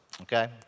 Okay